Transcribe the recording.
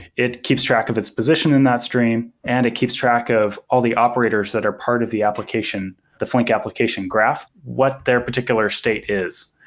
it keeps track of its position in that stream and it keeps track of all the operators that are part of the application, the flink application graph, what their particular state is.